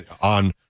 on